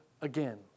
again